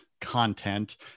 content